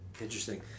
interesting